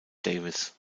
davies